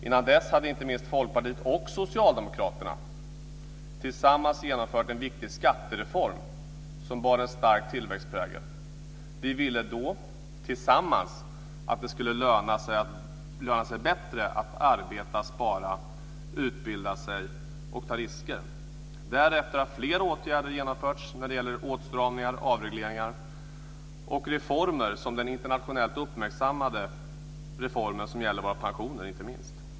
Innan dess hade inte minst Folkpartiet och Socialdemokraterna tillsammans genomfört en viktig skattereform som bar en stark tillväxtprägel. Vi ville då tillsammans att det skulle löna sig bättre att arbeta, spara, utbilda sig och ta risker. Därefter har fler åtgärder vidtagits när det gäller åtstramningar, avregleringar och sådana reformer som den internationellt uppmärksammade pensionsreformen.